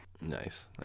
Nice